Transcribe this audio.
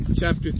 chapter